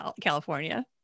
California